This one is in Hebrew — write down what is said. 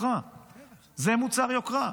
זה מוצר יוקרה,